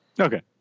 Okay